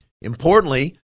Importantly